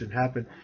happen